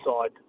side